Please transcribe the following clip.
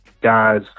guys